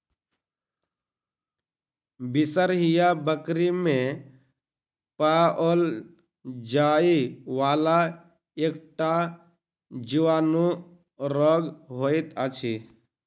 बिसरहिया बकरी मे पाओल जाइ वला एकटा जीवाणु रोग होइत अछि